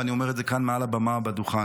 ואני אומר את זה כאן מעל הבמה בדוכן: